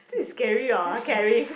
is scary or caring